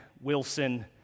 Wilson